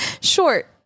Short